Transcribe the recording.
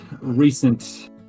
recent